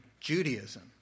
Judaism